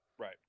Right